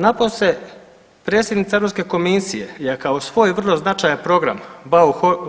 Napose predsjednica Europske komisije je kao svoj vrlo značajan program